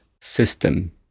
system